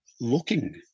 looking